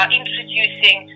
introducing